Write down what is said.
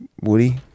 Woody